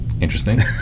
Interesting